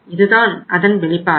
இதுதான் அதன் வெளிப்பாடு